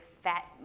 fat